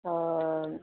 अऽ